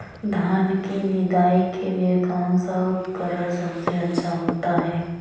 धान की निदाई के लिए कौन सा उपकरण सबसे अच्छा होता है?